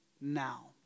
now